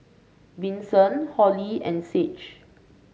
Vinson Holli and Sage